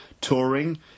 touring